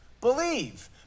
believe